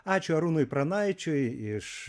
ačiū arūnui pranaičiui iš